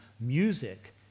Music